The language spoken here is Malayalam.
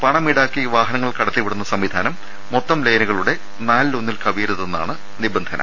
പണം ഈടാക്കി വാഹനങ്ങൾ കടത്തിവിടുന്ന സംവിധാനം മൊത്തം ലൈനുകളുടെ നാലിലൊന്നിൽ കവിയരുതെന്നാണ് നിബന്ധന